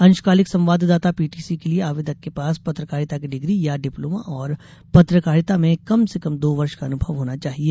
अंशकालिक संवाददाता पीटीसी के लिए आयेदक के पास पत्रकारिता की डिग्री या डिप्लोमा और पत्रकारिता में कम से कम दो वर्ष का अनुभव होना चाहिए